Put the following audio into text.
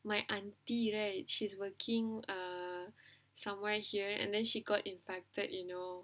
my auntie right she's working err somewhere here and then she got infected you know